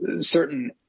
certain